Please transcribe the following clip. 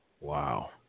Wow